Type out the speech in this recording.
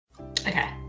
Okay